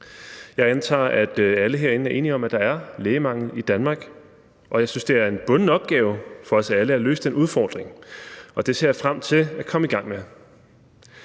Jeg antager, at alle herinde er enige om, at der er lægemangel i Danmark, og jeg synes, det er en bunden opgave for os alle at løse den udfordring, og det ser jeg frem til at komme i gang med.